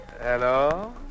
Hello